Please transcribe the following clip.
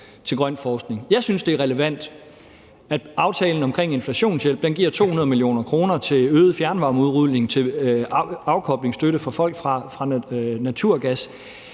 til grøn forskning. Jeg synes, det er relevant, at aftalen om inflationshjælp giver 200 mio. kr. til øget fjernvarmeudrulning og til afkoblingsstøtte for folk, som skal